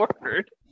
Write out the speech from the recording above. word